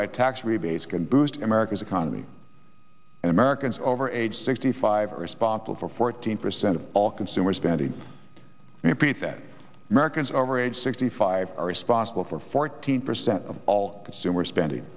by tax rebates can boost america's economy and americans over age sixty five are responsible for fourteen percent of all consumer spending repeat that americans over age sixty five are responsible for fourteen percent of all consumer spending